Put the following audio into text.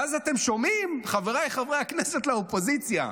ואז אתם שומעים, חבריי חברי הכנסת לאופוזיציה,